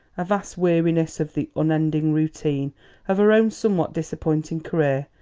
a vast weariness of the unending routine of her own somewhat disappointing career,